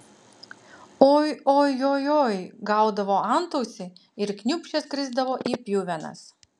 oi oi joj joj gaudavo antausį ir kniūpsčias krisdavo į pjuvenas